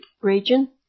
region